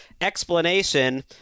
explanation